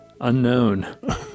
unknown